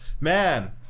Man